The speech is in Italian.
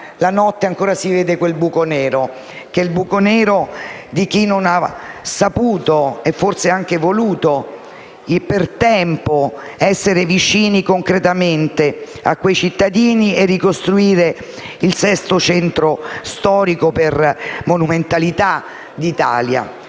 di notte ancora si vede quel buco nero: è il buco nero di chi non ha saputo - e forse neanche voluto - per tempo essere vicino concretamente a quei cittadini e ricostruire il sesto centro storico d'Italia per monumentalità.